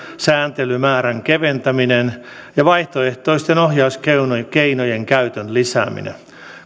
sääntelymäärän keventäminen ja vaihtoehtoisten ohjauskeinojen käytön lisääminen